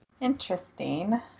Interesting